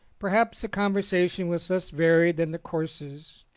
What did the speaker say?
perhaps the conversation was less varied than the courses,